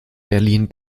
berlin